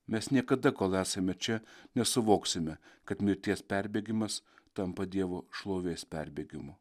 mes niekada kol esame čia nesuvoksime kad mirties perbėgimas tampa dievo šlovės perbėgimu